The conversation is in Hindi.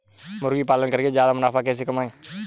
मुर्गी पालन करके ज्यादा मुनाफा कैसे कमाएँ?